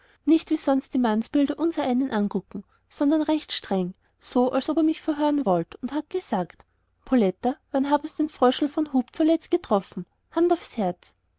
nicht wie sonst die mannsbilder unsereinen angucken sondern schon recht streng so als ob er mich verhören wollt und hat gesagt poletta wann haben's den fröschel von hub zuletzt getroffen hand aufs herz